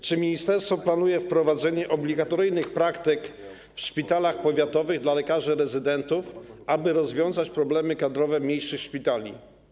Czy ministerstwo planuje wprowadzenie obligatoryjnych praktyk w szpitalach powiatowych dla lekarzy rezydentów, aby rozwiązać problemy kadrowe mniejszych szpitali?